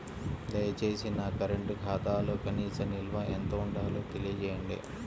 దయచేసి నా కరెంటు ఖాతాలో కనీస నిల్వ ఎంత ఉండాలో తెలియజేయండి